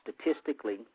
statistically